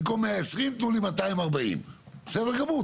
במקום 120 תתנו לי 240. בסדר גמור,